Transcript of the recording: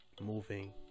moving